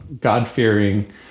God-fearing